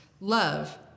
love